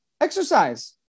Exercise